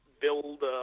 build